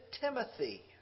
Timothy